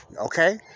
Okay